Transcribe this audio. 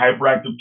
hyperactive